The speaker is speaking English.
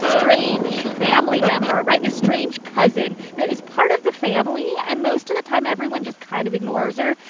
ah strange family member right? this strange cousin that is part of the family. and most of the time, everyone just kind of ignores her.